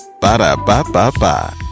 Ba-da-ba-ba-ba